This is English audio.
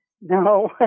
No